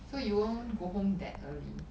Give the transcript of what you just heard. so you won't go home that early